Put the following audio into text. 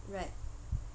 right